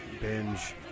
binge